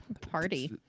party